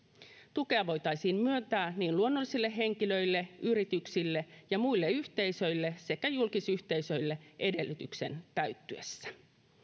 tukea voitaisiin myöntää luonnollisille henkilöille yrityksille ja muille yhteisöille sekä julkisyhteisöille edellytyksien täyttyessä